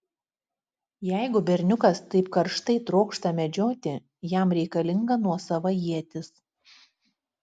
jeigu berniukas taip karštai trokšta medžioti jam reikalinga nuosava ietis